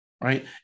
right